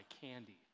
candy